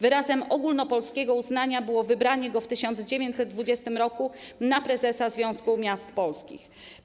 Wyrazem ogólnopolskiego uznania było wybranie go w 1920 roku na prezesa Związku Miast Polskich.